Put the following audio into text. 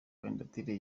kandidatire